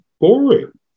boring